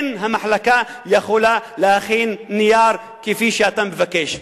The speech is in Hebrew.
המחלקה אינה יכולה להכין מסמך כפי שאתה מבקש.